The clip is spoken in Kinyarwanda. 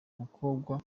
umukobwa